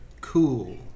cool